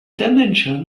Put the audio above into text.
dimension